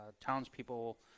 townspeople